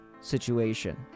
situation